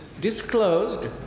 disclosed